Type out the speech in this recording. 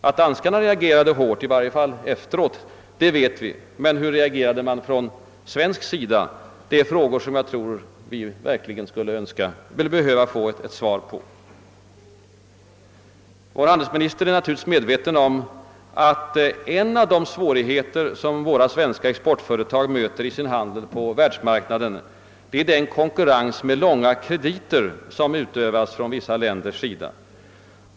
Att danskarna reagerade hårt, i varje fall efteråt, vet vi. Men hur reagerade man från svensk sida? Det är frågor som jag tror att vi verkligen skulle behöva få svar på. Vår handelsminister är naturligtvis medveten om att en av de svårigheter som svenska exportföretag möter i sin handel på världsmarknaden är den konkurrens med långa krediter, som utövas från vissa länders sida.